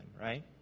right